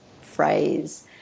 phrase